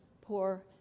poor